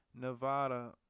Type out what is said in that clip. Nevada